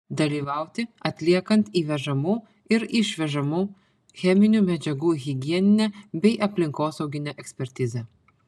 dalyvauti atliekant įvežamų ir išvežamų cheminių medžiagų higieninę bei aplinkosauginę ekspertizę